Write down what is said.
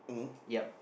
yep